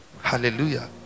Hallelujah